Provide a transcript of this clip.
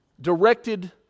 Directed